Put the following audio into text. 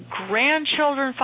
grandchildren